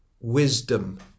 wisdom